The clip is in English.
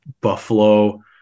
Buffalo